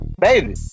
Baby